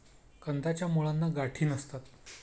कंदाच्या मुळांना गाठी नसतात